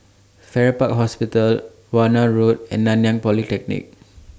Farrer Park Hospital Warna Road and Nanyang Polytechnic